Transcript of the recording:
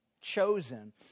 Chosen